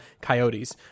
Coyotes